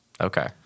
Okay